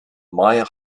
maya